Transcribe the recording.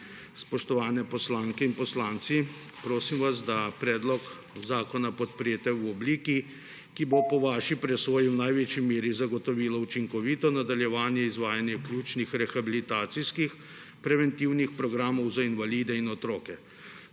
Spoštovane poslanke in poslanci, prosim vas, da predlog zakona podprete v obliki, ki bo po vaši presoji v največji meri zagotovila učinkovito nadaljevanje izvajanja ključnih rehabilitacijskih, preventivnih programov za invalide in otroke,